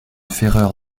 ferreur